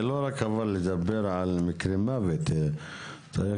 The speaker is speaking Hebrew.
זה לא רק לדבר על מקרי מוות אלא צריך